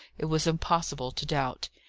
it was impossible to doubt,